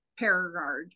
Paragard